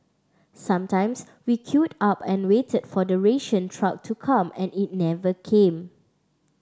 sometimes we queued up and waited for the ration truck to come and it never came